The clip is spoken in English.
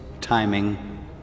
timing